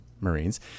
Marines